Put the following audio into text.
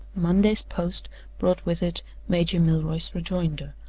monday's post brought with it major milroy's rejoinder,